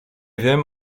wiem